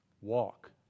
Walk